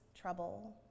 trouble